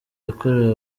yakorewe